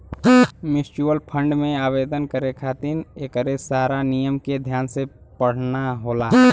mutual fund में आवेदन करे खातिर एकरे सारा नियम के ध्यान से पढ़ना होला